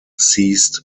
ceased